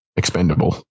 expendable